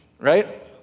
Right